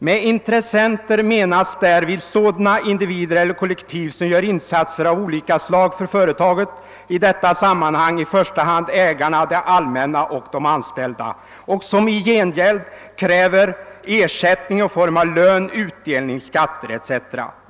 Med intressenter menas därvid sådana indivi der eller kollektiv som gör insatser av olika slag för företaget — i detta sammanhang i första hand ägarna, det allmänna och de anställda — och som i gengäld kräver ”ersättning i form av lön, utdelning, skatter etc.